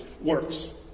works